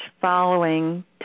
following